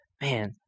man